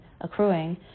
accruing